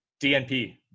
DNP